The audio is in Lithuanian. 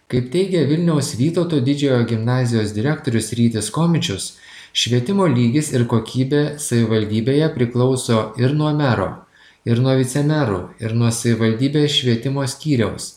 kaip teigia vilniaus vytauto didžiojo gimnazijos direktorius rytis komičius švietimo lygis ir kokybė savivaldybėje priklauso ir nuo mero ir nuo vicemerų ir nuo savivaldybės švietimo skyriaus